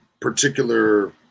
particular